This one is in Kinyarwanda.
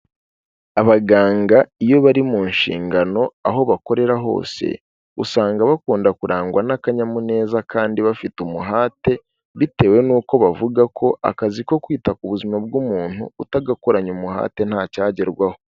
Abaganga iyo bari mu nshingano aho bakorera hose usanga bakunda kurangwa n'akanyamuneza kandi bafite umuhate bitewe n'uko bavuga ko akazi ko kwita ku buzima bw'umuntu utagakoranye umuhate ntacyagerwaho.